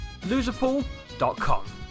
loserpool.com